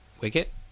Wicket